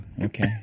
Okay